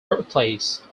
birthplace